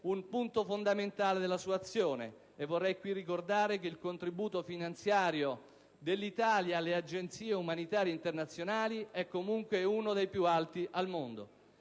un punto fondamentale della sua azione. Vorrei qui ricordare che il contributo finanziario dell'Italia alle agenzie umanitarie internazionali è, comunque, uno dei più alti al mondo.